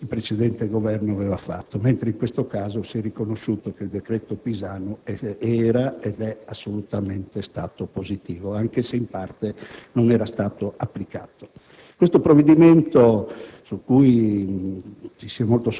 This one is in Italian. di segnare la completa discontinuità rispetto a ciò che il precedente Governo aveva fatto, mentre in questo caso si è riconosciuto che il decreto Pisanu è stato assolutamente positivo, anche se in parte non applicato.